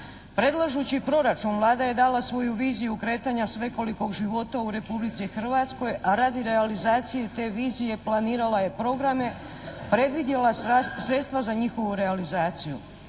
Predlažući proračun Vlada je dala svoju viziju kretanja svekolikog života u Republici Hrvatskoj, a radi realizacije te vizije planirala je programe, predvidjela sredstva za njihovu realizaciju.